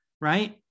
right